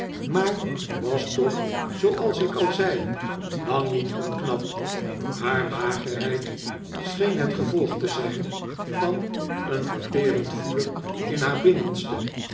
maar was toch zooals ik al zei lang niet onknap haar magerheid scheen het gevolg te zijn van een verterend vuur in haar binnenste